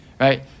right